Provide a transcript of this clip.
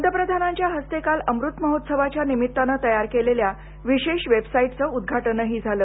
पंतप्रधानांच्या हस्ते काल अमृत महोत्सवाच्या निमित्तानं तयार केलेल्या विशेष वेबसाइटचं उद्घाटनही झालं